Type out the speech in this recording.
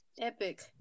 Epic